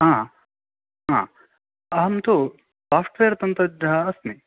हा हा अहं तु साफ़्ट्वेर् तन्त्रज्ञः अस्मि